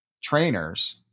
trainers